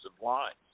lines